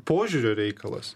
požiūrio reikalas